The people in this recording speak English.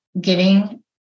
giving